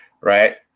Right